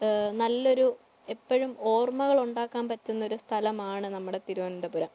നല്ലൊരു എപ്പഴും ഓർമ്മകൾ ഉണ്ടാക്കാൻ പറ്റുന്ന ഒരു സ്ഥലമാണ് നമ്മുടെ തിരുവനന്തപുരം